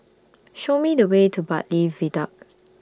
Show Me The Way to Bartley Viaduct